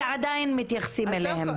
ועדיין מתייחסים אליהן כך.